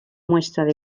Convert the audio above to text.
mostrado